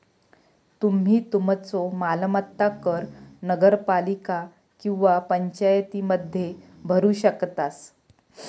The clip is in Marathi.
तुम्ही तुमचो मालमत्ता कर महानगरपालिका किंवा पंचायतीमध्ये भरू शकतास